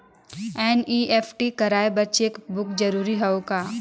NEFT कराय बर cheque book जरूरी हवय का?